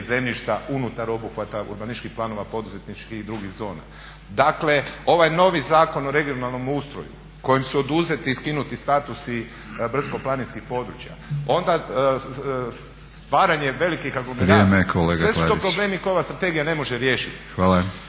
zemljišta unutar obuhvata urbanističkih plana poduzetničkih i drugih zona. Dakle, ovaj novi Zakon o regionalnom ustroju kojem su oduzeti i skinuti statusi brdsko-planinskih područja. Onda stvaranje velikih anglomeracija. …/Upadica Batinić: Vrijeme kolega